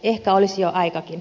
ehkä olisi jo aikakin